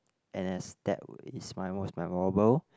n_s that is my most memorable